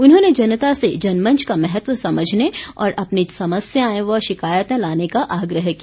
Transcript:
उन्होंने जनता से जनमंच का महत्व समझने और अपनी समस्याएं व शिकायतें लाने का आग्रह किया